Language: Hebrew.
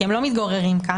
כי הם לא מתגוררים כאן,